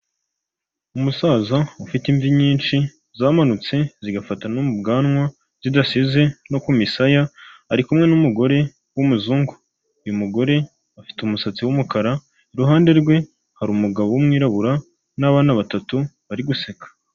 Umusaza ufite imvi nyinshi, zamanutse zigafata no mu bwanwa, zidasize no ku misaya, ari kumwe n'umugore w'umuzungu. Uyu mugore afite umusatsi w'umukara, iruhande rwe hari umugabo w'umwirabura, n'abana batatu bari guseka.